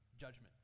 judgment